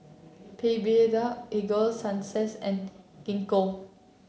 Blephagel Ego Sunsense and Gingko